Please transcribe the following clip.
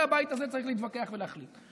זה, הבית הזה צריך להתווכח ולהחליט.